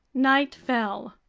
night fell.